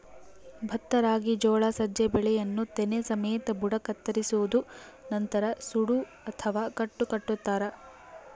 ಭತ್ತ ರಾಗಿ ಜೋಳ ಸಜ್ಜೆ ಬೆಳೆಯನ್ನು ತೆನೆ ಸಮೇತ ಬುಡ ಕತ್ತರಿಸೋದು ನಂತರ ಸೂಡು ಅಥವಾ ಕಟ್ಟು ಕಟ್ಟುತಾರ